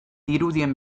dirudien